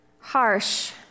harsh